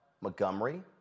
Montgomery